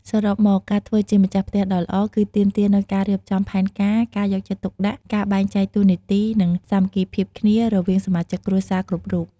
សរុបមក ការធ្វើជាម្ចាស់ផ្ទះដ៏ល្អ គឺទាមទារនូវការរៀបចំផែនការ ការយកចិត្តទុកដាក់ ការបែងចែកតួនាទី និងសាមគ្គីភាពគ្នារបស់សមាជិកគ្រួសារគ្រប់រូប។